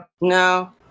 No